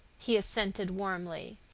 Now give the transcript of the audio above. he assented warmly.